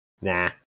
Nah